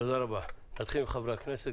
נתחיל עם חברי הכנסת.